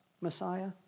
Messiah